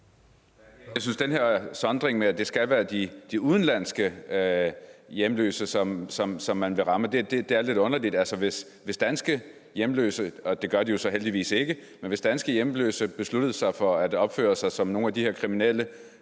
Jeg synes, at den her sondring med, at det skal være de udenlandske hjemløse, som man vil ramme, er lidt underlig. Hvis danske hjemløse – og det gør de jo så heldigvis ikke – besluttede sig for at opføre sig som nogle af de her kriminelle